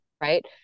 right